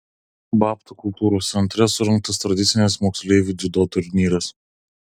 babtų kultūros centre surengtas tradicinis moksleivių dziudo turnyras